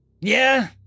Yeah